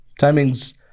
timings